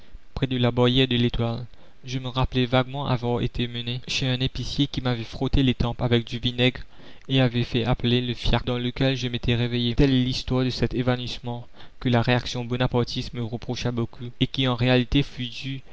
près de la barrière de l'etoile je me rappelai vaguement avoir été mené chez un épicier qui m'avait frotté les tempes avec du vinaigre et avait fait appeler le fiacre dans lequel je m'étais réveillé la commune telle est l'histoire de cet évanouissement que la réaction bonapartiste me reprocha beaucoup et qui en réalité fut dû